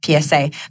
PSA